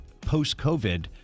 post-COVID